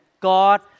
God